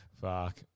Fuck